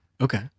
Okay